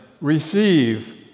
Receive